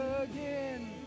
again